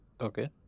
Okay